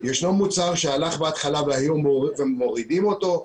יש מוצר שהלך בהתחלה והיום מורידים אותו.